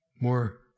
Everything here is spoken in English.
more